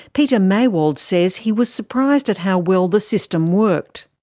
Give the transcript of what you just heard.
peter maywald says he was surprised at how well the system worked.